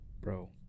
Bro